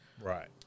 Right